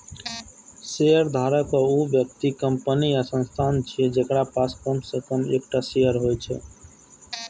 शेयरधारक ऊ व्यक्ति, कंपनी या संस्थान छियै, जेकरा पास कम सं कम एकटा शेयर होइ छै